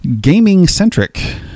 gaming-centric